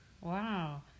Wow